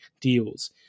deals